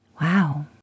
Wow